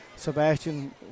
Sebastian